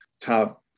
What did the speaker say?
top